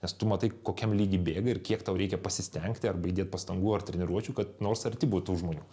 nes tu matai kokiam lygy bėga ir kiek tau reikia pasistengti arba įdėt pastangų ar treniruočių kad nors arti būt tų žmonių